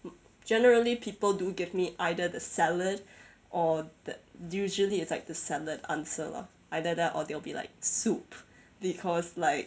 generally people do give me either the salad or the usually it's like the salad answer lah either that or they will be like soup because like